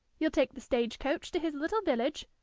you'll take the stage-coach to his little village,